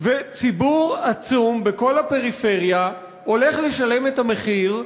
וציבור עצום בכל הפריפריה הולך לשלם את המחיר,